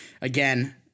again